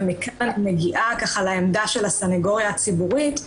ומכאן אני מגיעה לעמדה של הסניגוריה הציבורית,